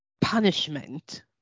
punishment